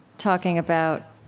talking about